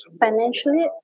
Financially